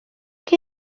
like